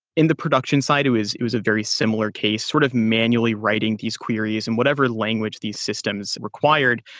in the production side, it was it was a very similar case. sort of manually writing these queries in whatever language these systems required.